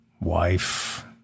wife